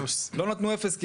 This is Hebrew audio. לא נתנו אפס?